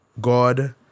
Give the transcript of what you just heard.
God